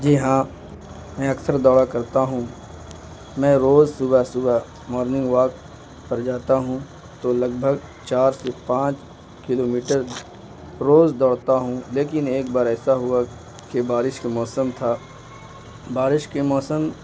جی ہاں میں اکثر دوڑا کرتا ہوں میں روز صبح صبح مارننگ واک پر جاتا ہوں تو لگ بھگ چار سے پانچ کلو میٹر روز دوڑتا ہوں لیکن ایک بار ایسا ہوا کہ بارش کے موسم تھا بارش کے موسم